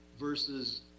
versus